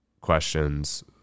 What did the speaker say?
questions